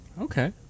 Okay